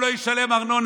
הוא לא ישלם ארנונה,